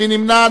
מי נמנע?